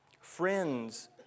friends